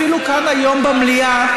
אפילו כאן היום במליאה,